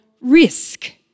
risk